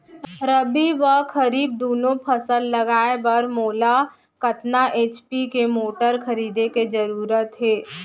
रबि व खरीफ दुनो फसल लगाए बर मोला कतना एच.पी के मोटर खरीदे के जरूरत हे?